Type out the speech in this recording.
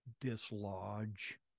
dislodge